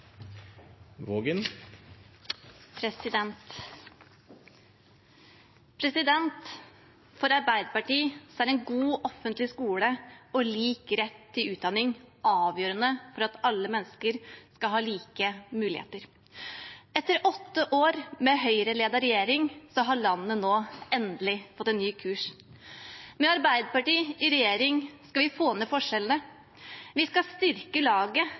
utdanning avgjørende for at alle mennesker skal ha like muligheter. Etter åtte år med en Høyre-ledet regjering har landet nå endelig fått en ny kurs. Med Arbeiderpartiet i regjering skal vi få ned forskjellene. Vi skal styrke laget